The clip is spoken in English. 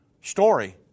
story